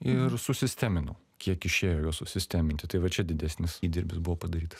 ir susisteminau kiek išėjo juos susisteminti tai va čia didesnis įdirbis buvo padarytas